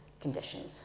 conditions